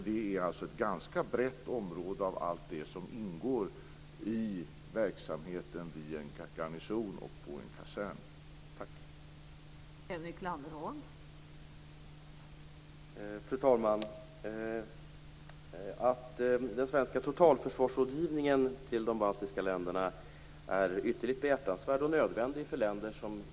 Det är alltså ett ganska brett område av allt det som ingår i verksamheten vid en garnison och på en kasern. Tack!